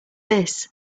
this